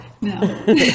No